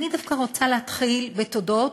אני דווקא רוצה להתחיל בתודות,